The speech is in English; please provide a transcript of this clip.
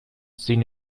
seen